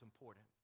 important